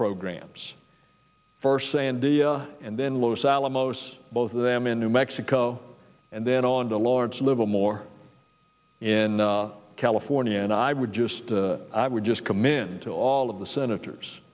programs for say india and then los alamos both of them in new mexico and then on to lawrence livermore in california and i would just i would just come in to all of the senators